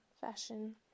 fashion